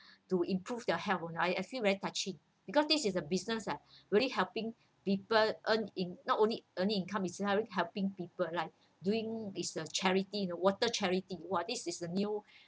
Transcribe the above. to improve their health I I feel very touched because this is a business ah really helping people earn in not only earning income is really helping people like doing it's a charity you know water charity !wah! is this the new